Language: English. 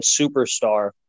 superstar